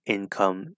Income